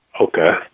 Okay